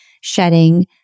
shedding